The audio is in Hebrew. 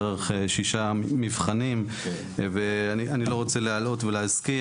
דרך שישה מבחנים ואני לא רוצה להעלאות ולהזכיר,